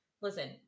Listen